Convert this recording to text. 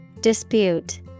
Dispute